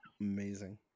amazing